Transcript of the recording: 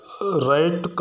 right